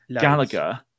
Gallagher